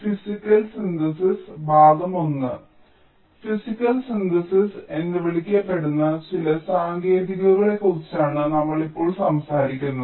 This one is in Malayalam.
ഫിസിക്കൽ സിന്തസിസ് എന്ന് വിളിക്കപ്പെടുന്ന ചില സാങ്കേതികതകളെക്കുറിച്ചാണ് നമ്മൾ ഇപ്പോൾ സംസാരിക്കുന്നത്